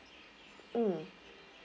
mm